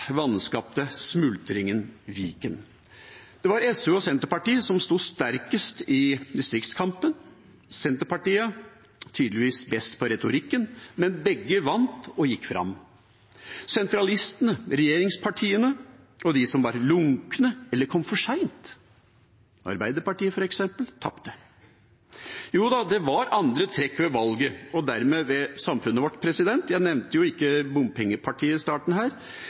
smultringen, Viken? Det var SV og Senterpartiet som sto sterkest i distriktskampen. Senterpartiet var tydeligvis best på retorikken, men begge vant og gikk fram. Sentralistene, regjeringspartiene, og de som var lunkne eller kom for sent, Arbeiderpartiet, f.eks., tapte. Jo da, det var andre trekk ved valget og dermed ved samfunnet vårt. Jeg nevnte jo ikke Bompengepartiet i starten her.